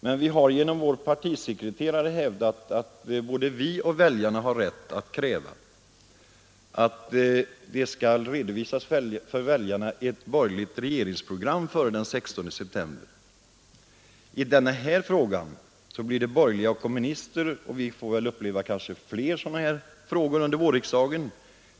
Men vi har genom vår partisekreterare hävdat att både vi och väljarna har rätt att kräva att ett borgerligt regeringsprogram redovisas före den 16 september. I den här frågan går de borgerliga och kommunisterna samman, och vi får kanske uppleva flera sådana fall under vårriksdagen.